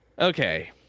okay